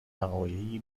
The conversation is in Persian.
وقایعی